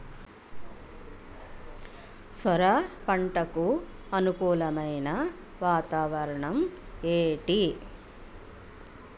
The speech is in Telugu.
సొర పంటకు అనుకూలమైన వాతావరణం ఏంటి?